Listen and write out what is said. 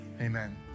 amen